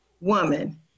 woman